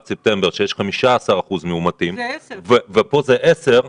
ספטמבר שיש 15% מאומתים ופה זה 10%,